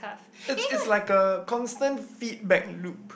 it's it's like a constant feedback loop